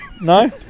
no